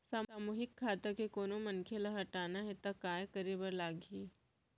सामूहिक खाता के कोनो मनखे ला हटाना हे ता काय करे बर लागही?